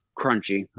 crunchy